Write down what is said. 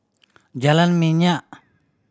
Jalan Minyak